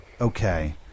okay